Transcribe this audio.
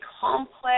complex